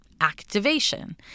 activation